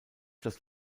das